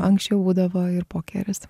anksčiau būdavo ir pokeris